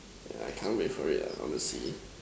I can't wait for it ah honestly